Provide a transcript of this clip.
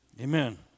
Amen